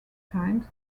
times